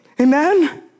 amen